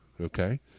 Okay